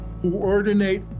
coordinate